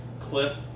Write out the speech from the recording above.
clip